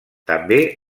també